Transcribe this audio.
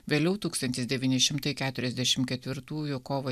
vėliau tūkstantis devyni šimtai keturiasdešim ketvirtųjų kovo